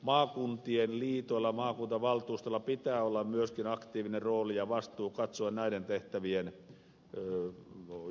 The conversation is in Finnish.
maakuntien liitoilla ja maakuntavaltuustoilla pitää olla myöskin aktiivinen rooli ja vastuu katsoa näiden tehtävien järjestymistä